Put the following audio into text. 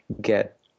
get